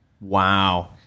wow